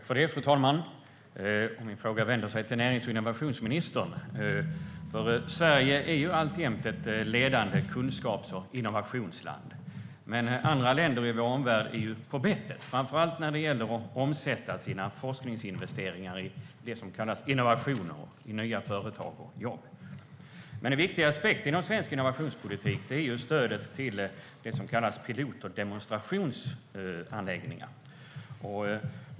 Fru talman! Min fråga riktar sig till närings och innovationsministern. Sverige är alltjämt ett ledande kunskaps och innovationsland. Men andra länder i vår omvärld är på bettet, framför allt när det gäller att omsätta sina forskningsinvesteringar i det som kallas innovationer i nya företag och jobb. En viktig aspekt inom svensk innovationspolitik är stödet till det som kallas pilot och demonstrationsanläggningar.